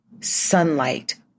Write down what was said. sunlight